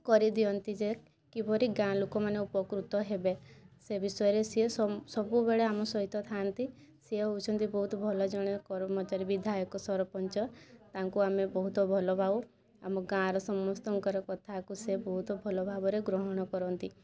କରିଦିଅନ୍ତି ଯେ କିପରି ଗାଁ ଲୋକମାନେ ଉପକୃତ ହେବେ ସେ ବିଷୟରେ ସିଏ ସବୁବେଳେ ଆମ ସହିତ ଥାନ୍ତି ସିଏ ହେଉଛନ୍ତି ବହୁତ ଭଲ ଜଣେ କର୍ମଚାରୀ ବିଧାୟକ ସରପଞ୍ଚ ତାଙ୍କୁ ଆମେ ବହୁତ ଭଲପାଉ ଆମ ଗାଁର ସମସ୍ତଙ୍କର କଥାକୁ ସେ ବହୁତ ଭଲଭାବରେ ଗ୍ରହଣ କରନ୍ତି